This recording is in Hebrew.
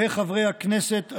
חברי הכנסת,